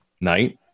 night